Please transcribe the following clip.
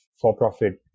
for-profit